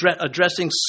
addressing